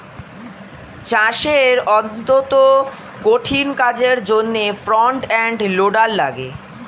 চাষের অত্যন্ত কঠিন কাজের জন্যে ফ্রন্ট এন্ড লোডার লাগে